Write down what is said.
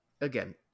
again